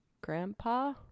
grandpa